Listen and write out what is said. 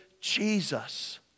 Jesus